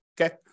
Okay